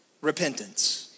repentance